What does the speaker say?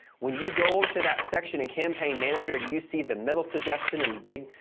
when you go over to that section in campaign manager and you see the middle suggestion in big.